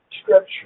Scripture